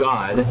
God